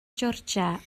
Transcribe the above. georgia